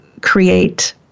create